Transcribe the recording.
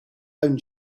own